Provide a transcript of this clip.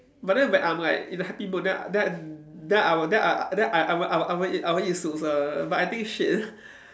but then if I'm like in a happy mood then I then I then I w~ then I I then I I won't I I won't eat I won't eat soup also but I think shit